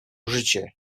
życie